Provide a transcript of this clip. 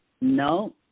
no